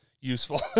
useful